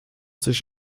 sich